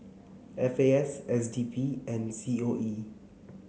F A S S D P and C O E